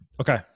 Okay